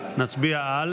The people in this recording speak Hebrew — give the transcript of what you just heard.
נצביע על